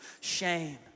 shame